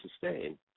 sustain